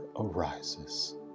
arises